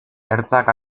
ertzak